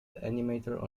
animator